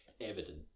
evident